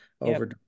over